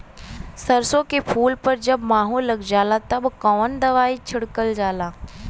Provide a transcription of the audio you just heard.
सरसो के फूल पर जब माहो लग जाला तब कवन दवाई छिड़कल जाला?